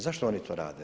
Zašto oni to rade?